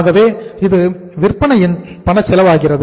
ஆகவே இது விற்பனையின் பணச்செலவாகிறது